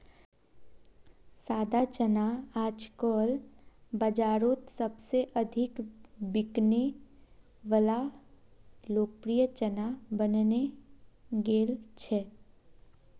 सादा चना आजकल बाजारोत सबसे अधिक बिकने वला लोकप्रिय चना बनने गेल छे